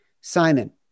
Simon